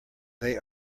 they